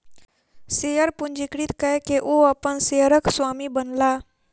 share पंजीकृत कय के ओ अपन शेयरक स्वामी बनला